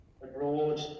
abroad